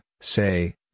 say